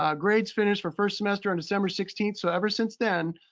um grades finished for first semester on december sixteenth, so ever since then,